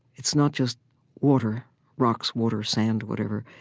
it's not just water rocks, water, sand, whatever.